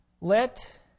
Let